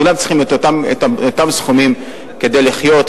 כולם צריכים את אותם סכומים כדי לחיות,